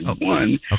one